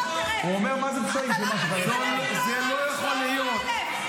אף אחד לא הרג.